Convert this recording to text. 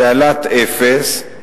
תעלת אפס,